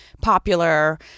popular